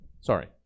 sorry